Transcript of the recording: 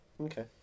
Okay